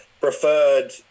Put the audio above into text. Preferred